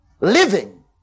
Living